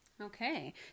Okay